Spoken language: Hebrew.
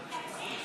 מבקש,